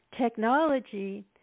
technology